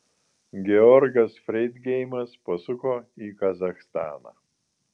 georgas freidgeimas pasuko į kazachstaną